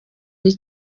ari